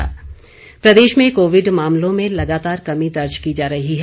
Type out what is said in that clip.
Covid प्रदेश प्रदेश में कोविड मामलों में लगातार कमी दर्ज की जा रही है